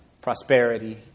prosperity